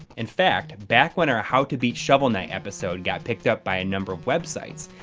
in fact, back when our how to beat shovel knight episode got picked up by a number websites,